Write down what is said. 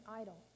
idol